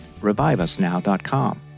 reviveusnow.com